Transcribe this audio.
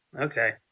Okay